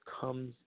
comes